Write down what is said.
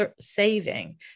saving